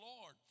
Lord